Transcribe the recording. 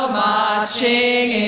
marching